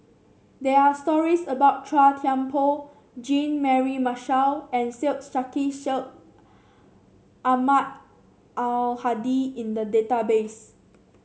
there are stories about Chua Thian Poh Jean Mary Marshall and Syed Sheikh Syed Ahmad Al Hadi in the database